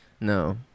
No